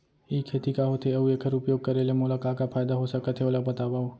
ई खेती का होथे, अऊ एखर उपयोग करे ले मोला का का फायदा हो सकत हे ओला बतावव?